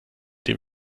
dem